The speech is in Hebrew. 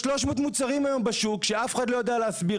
יש כ-300 מוצרים בשוק שאף אחד לא יודע להסביר